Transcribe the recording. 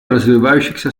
развивающихся